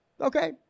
Okay